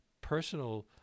personal